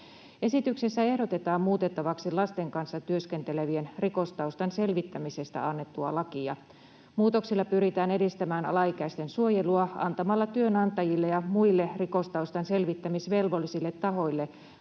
Esityksessä ehdotetaan muutettavaksi lasten kanssa työskentelevien rikostaustan selvittämisestä annettua lakia. Muutoksilla pyritään edistämään alaikäisten suojelua antamalla työnantajille ja muille rikostaustan selvittämisvelvollisille tahoille